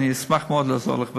אני אשמח מאוד לעזור לך בזה.